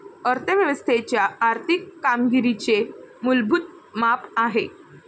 अर्थ व्यवस्थेच्या आर्थिक कामगिरीचे मूलभूत माप आहे